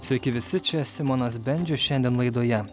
sveiki visi čia simonas bendžius šiandien laidoje